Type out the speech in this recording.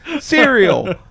cereal